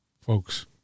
folks